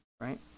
right